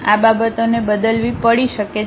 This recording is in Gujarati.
આ બાબતોને બદલવી પડી શકે છે